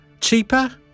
cheaper